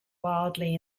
wildly